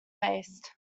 based